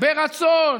ברצון